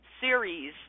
series